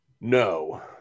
No